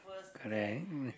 correct